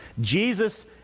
Jesus